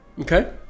Okay